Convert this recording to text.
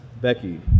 Becky